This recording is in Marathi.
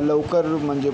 लवकर म्हणजे